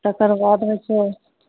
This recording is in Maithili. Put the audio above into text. तेकर बाद होइत छै